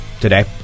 today